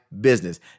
business